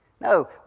No